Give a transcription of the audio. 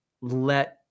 let